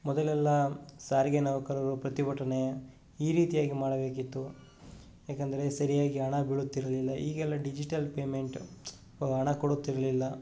ಮೊದಲೆಲ್ಲ ಸಾರಿಗೆ ನೌಕರರು ಪ್ರತಿಭಟನೆ ಈ ರೀತಿಯಾಗಿ ಮಾಡಬೇಕಿತ್ತು ಏಕೆಂದರೆ ಸರಿಯಾಗಿ ಹಣ ಬೀಳುತ್ತಿರಲಿಲ್ಲ ಈಗೆಲ್ಲ ಡಿಜಿಟಲ್ ಪೇಮೆಂಟು ಹಣ ಕೊಡುತ್ತಿರಲಿಲ್ಲ